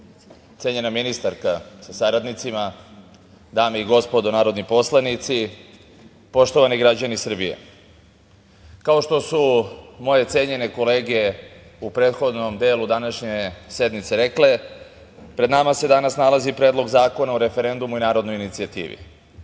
cenjena ministarka sa saradnicima, dame i gospodo narodni poslanici, poštovani građani Srbije, kao što su moje cenjene kolege u prethodnom delu današnje pred nama se danas nalazi Predlog zakona o referendumu i narodnoj inicijativi. Moram